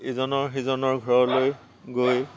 ইজনৰ সিজনৰ ঘৰলৈ গৈ